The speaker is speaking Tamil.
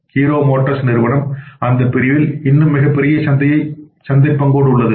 ஹீரோ மோட்டார் நிறுவனம்அந்த பிரிவில் இன்னும் மிகப்பெரிய சந்தைப் பங்கோடு உள்ளது